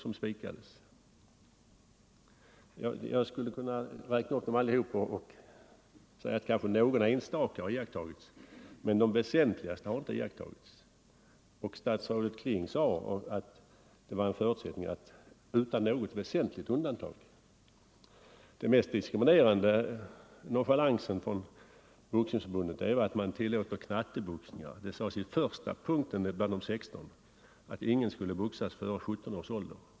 Statsrådet Kling sade emellertid att en förutsättning för att inte införa förbud mot amatörboxning var att föreskrifterna följdes utan något väsentligt undantag. Den mest diskriminerande nonchalansen från Boxningsförbundets sida är att man tillåter knatteboxning. Den första punkten bland de 16 föreskrifterna gällde att ingen skulle boxas före 17 års ålder.